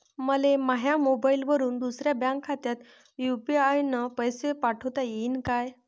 मले माह्या मोबाईलवरून दुसऱ्या बँक खात्यात यू.पी.आय न पैसे पाठोता येईन काय?